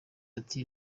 ati